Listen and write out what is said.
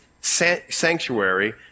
sanctuary